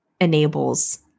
enables